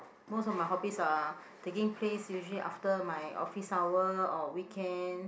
most of my hobbies are taking place usually after my office hour or weekend